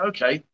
Okay